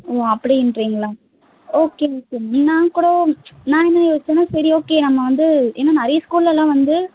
ஓ அப்படின்றிங்களா okay ma'am நான் கூட நான் என்ன யோசித்தேனா சரி ஓகே நம்ம வந்து ஏனால் நிறைய ஸ்கூல்லெலாம் வந்து